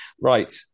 Right